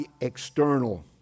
external